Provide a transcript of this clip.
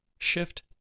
Shift